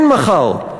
אין מחר.